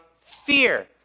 fear